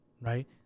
right